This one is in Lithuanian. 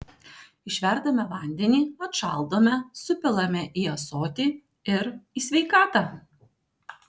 išverdame vandenį atšaldome supilame į ąsotį ir į sveikatą